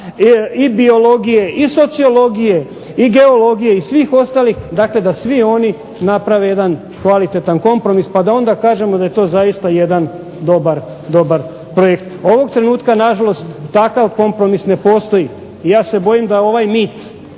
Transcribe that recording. i biologije i sociologije i geologije i svih ostalih, dakle da svi oni naprave jedan kvalitetan kompromis, pa da onda kažemo da je to zaista jedan dobar projekt. Ovog trenutka na žalost takav kompromis ne postoji, ja se bojim da ovaj mit